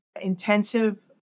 intensive